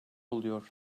oluyor